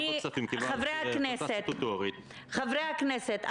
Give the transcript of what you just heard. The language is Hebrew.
חברי הכנסת,